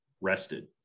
rested